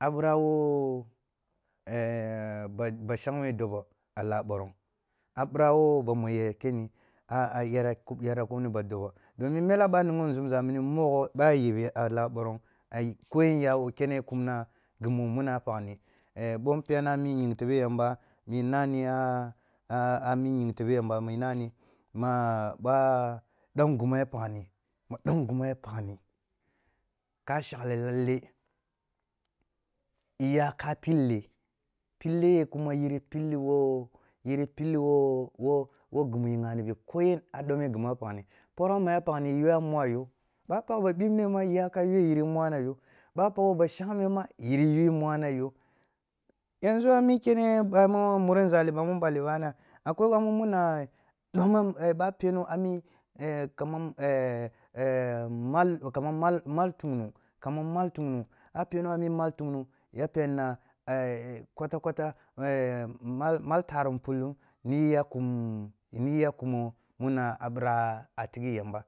A bina wo e e basha-bashagme dobo, a laa borong, a bira wo ba mu ya kenni a yara ayara kemni ba dobo, domun mele ba nigho nzumza mini mogho baye yebe a laa borong ai koiyen ya wo kene kumna gumu muna pakhni e bo npena mi ying tebe yamba mi nami a-a-a mi ying tebe yamba mi na mi ma ɓa dom gumu a pakhni, ma don gumma pakni ka shaghe lalle iya ka pille, pille ye kuma yiri pilli wo-yiri pilli wo-wo-wo ginu i ghani bi koyen a done gimi pakhm poro ma pakhni yke noa yo, bap akh ba bibne ma iyaka yue yiri moana y oba pakh ba shagme ma yiri yu mu ana yo. Yanzu a mi kene ba mi muri nzali bammm nbelli bana akwoi bamu muna mal tungnung ba peno ami mal tungning ya penina an a kota lota e e maltarum pu lumb n iyi ya kium n iyi ya kumo mina a bira a tighi yamba